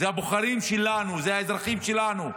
זה הבוחרים שלנו, זה האזרחים שלנו.